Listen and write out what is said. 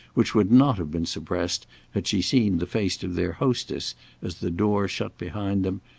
which would not have been suppressed had she seen the face of their hostess as the door shut behind them,